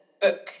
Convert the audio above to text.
book